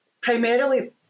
Primarily